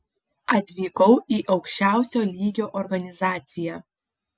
atvykau į aukščiausio lygio organizaciją